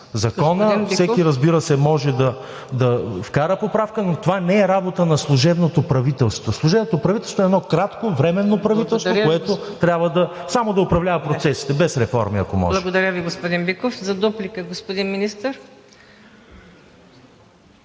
БИКОВ: …всеки, разбира се, може да вкара поправка, но това не е работа на служебното правителство. Служебното правителство е едно кратко, временно правителство, което трябва само да управлява процесите без реформи, ако може. ПРЕДСЕДАТЕЛ МУКАДДЕС НАЛБАНТ: Благодаря Ви, господин Биков. За дуплика, господин Министър.